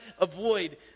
avoid